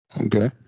Okay